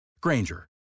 Granger